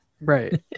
Right